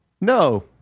no